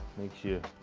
thank you.